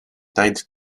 tied